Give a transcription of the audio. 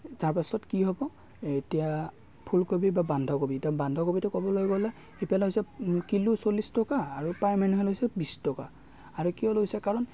তাৰপাছত কি হ'ব এতিয়া ফুলকবি বা বন্ধাকবি এতিয়া বন্ধাকবিটো ক'বলৈ গ'লে ইফালে হৈছে কিলো চল্লিছ টকা আৰু বিশ টকা আৰু কিয় লৈছে কাৰণ